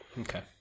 Okay